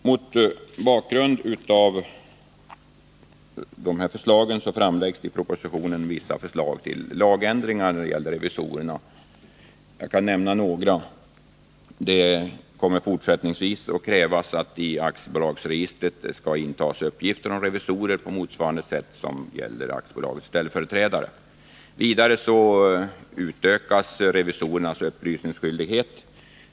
Mot bakgrund av de här förslagen framläggs i propositionen vissa förslag till lagändringar när det gäller revisorerna. Jag kan nämna några. Det kommer fortsättningsvis att krävas att i aktiebolagsregistret skall införas uppgifter om revisorer på motsvarande sätt som gäller aktiebolagets ställföreträdare. Vidare utökas revisorernas upplysningsskyldighet.